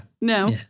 no